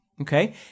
okay